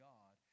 God